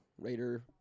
Raider